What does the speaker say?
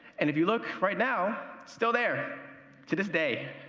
and, if you look right now, still there to this day.